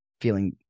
feeling